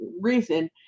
reason